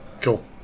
Cool